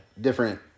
Different